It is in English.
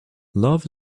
love